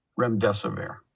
remdesivir